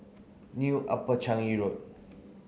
New Upper Changi Road